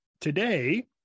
Today